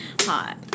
hot